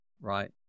right